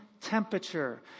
temperature